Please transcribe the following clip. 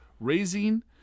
raising